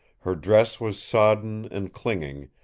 her dress was sodden and clinging,